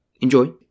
enjoy